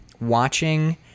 watching